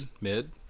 Mid